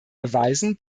beweisen